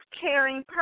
caring